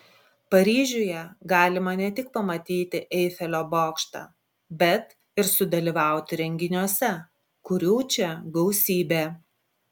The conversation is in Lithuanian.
paryžiuje galima ne tik pamatyti eifelio bokštą bet ir sudalyvauti renginiuose kurių čia gausybė